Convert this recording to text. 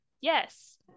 Yes